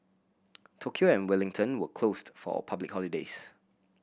Tokyo and Wellington were closed for public holidays